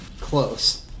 close